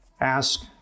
ask